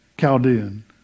Chaldean